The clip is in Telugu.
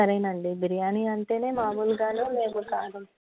సరేనండి బిర్యానీ అంటేనే మామూలుగానే మేము కాగ